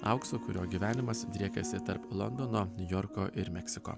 auksu kurio gyvenimas driekiasi tarp londono niujorko ir meksiko